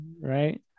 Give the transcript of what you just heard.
Right